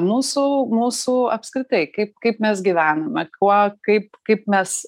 mūsų mūsų apskritai kaip kaip mes gyvename kuo kaip kaip mes